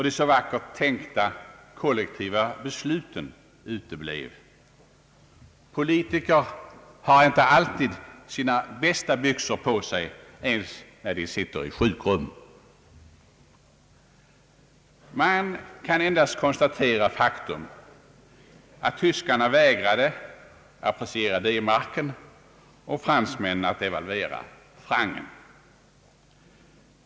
De så vackert tänkta kollektiva besluten uteblev. Politiker har inte alltid sina bästa byxor på sig ens när de sitter i ett sjukrum. Man kan endast konstatera faktum att tyskarna vägrade appreciera D-marken och fransmännen att devalvera francen.